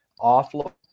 offload